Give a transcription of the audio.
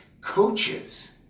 coaches